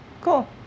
Cool